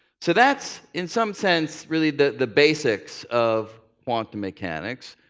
so that's, in some sense, really the the basics of quantum mechanics.